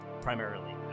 primarily